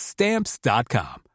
Stamps.com